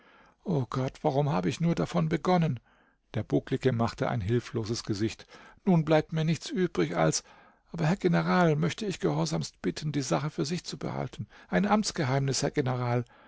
o gott warum habe ich nur davon begonnen der bucklige machte ein hilfloses gesicht nun bleibt mir nichts übrig als aber herr general möchte ich gehorsamst bitten die sache für sich zu behalten ein amtsgeheimnis herr general